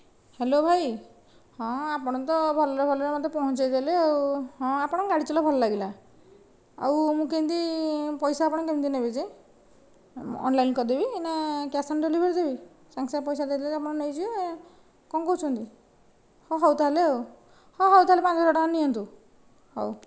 hello ଭାଇ ହଁ ଆପଣ ତ ଭଲରେ ଭଲରେ ମୋତେ ପହଞ୍ଚେଇଦେଲେ ଆଉ ହଁ ଆପଣଙ୍କ ଗାଡ଼ି ଚଲା ଭଲ ଲାଗିଲା ଆଉ ମୁଁ କେମତି ପଇସା ଆପଣଙ୍କୁ କେମିତି ନେବି ଯେ ଅନଲାଇନ କରିଦେବି ନା କ୍ୟାସ ଅନ ଡେଲିଭର ଦେବି ସାଙ୍ଗେ ସାଙ୍ଗେ ପଇସା ଦେଇଦେଲେ ଆପଣ ନେଇଯିବେ କ'ଣ କହୁଛନ୍ତି ହେଉ ତାହେଲେ ହଁ ହେଉ ତାହେଲେ ପାଞ୍ଚହଜାର ଟଙ୍କା ନିଅନ୍ତୁ ହେଉ